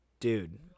Dude